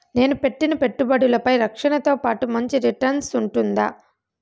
నేను పెట్టిన పెట్టుబడులపై రక్షణతో పాటు మంచి రిటర్న్స్ ఉంటుందా?